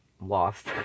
Lost